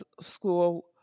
school